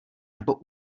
nebo